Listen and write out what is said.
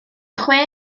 chwe